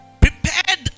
prepared